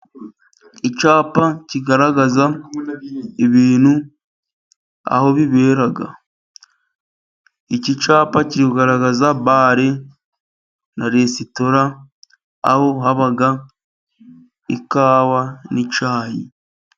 Icyapa kigaragaza ibintu aho bibera, iki cyapa kigaragaza bara na resitora, aho haba ikawa nicyayi.